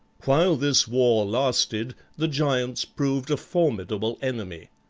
while this war lasted the giants proved a formidable enemy.